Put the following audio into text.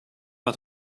but